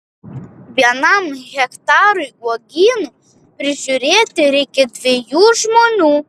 vienam hektarui uogynų prižiūrėti reikia dviejų žmonių